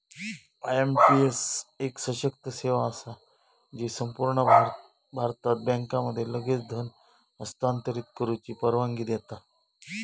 IMPS एक सशक्त सेवा असा जी संपूर्ण भारतात बँकांमध्ये लगेच धन हस्तांतरित करुची परवानगी देता